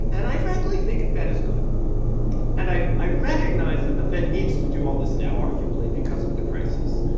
and i frankly think that is good and i i recognize that the fed needs to do all this now, arguably because of the crisis.